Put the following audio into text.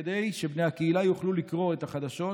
כדי שבני הקהילה יוכלו לקרוא את החדשות,